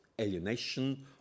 alienation